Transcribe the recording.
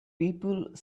people